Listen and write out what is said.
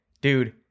dude